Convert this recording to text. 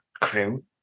crew